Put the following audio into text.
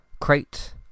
crate